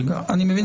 הרי אנחנו עושים